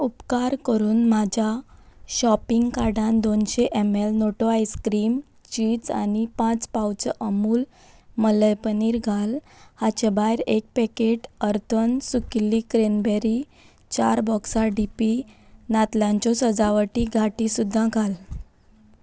उपकार करून म्हज्या शॉपिंग कार्टांत दोनशे एम एल नोटो आयस्क्रीम चीज आनी पांच पावच अमूल मलय पनीर घाल हाचे भायर एक पॅकेट अर्थन सुकिल्ली क्रेनबॅरी चार बॉक्सां डी पी नातलांच्यो सजावटी गाटी सुद्दां घाल